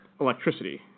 electricity